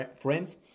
friends